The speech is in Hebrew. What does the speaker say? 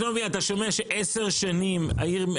בחשמל,